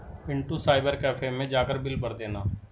Pintu cyber cafe मैं जाकर bill भर देना